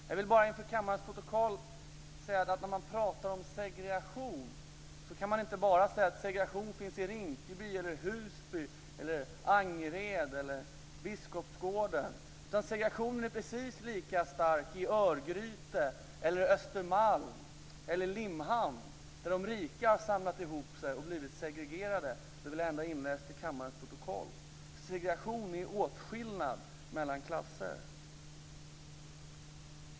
Jag vill bara få fört till kammarens protokoll att när man pratar om segregation kan man inte bara säga att segregation finns i Rinkeby, Husby, Angered eller Biskopsgården. Segregationen är precis lika stark i Örgryte, på Östermalm och i Limhamn där de rika har samlat ihop sig och blivit segregerade. Jag vill alltså få detta fört till protokollet: Segregation är åtskillnad mellan klasser.